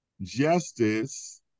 justice